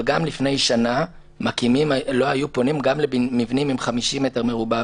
אבל גם לפני שנה לא היו פונים גם למבנים עם 50 מטר מרובע,